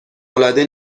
العاده